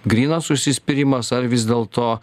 grynas užsispyrimas ar vis dėlto